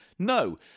No